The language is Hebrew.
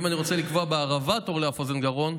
אם אני רוצה לקבוע בערבה תור לאף אוזן גרון,